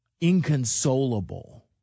inconsolable